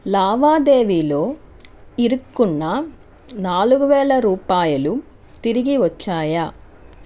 లావాదేవీలో ఇరుక్కున్న నాలుగు వేల రూపాయలు తిరిగి వచ్చాయా